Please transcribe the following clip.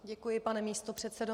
Děkuji, pane místopředsedo.